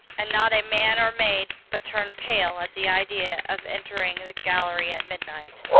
and not a man or maid but turned pale at the idea of entering the gallery at midnight.